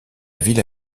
ville